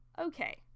Okay